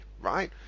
right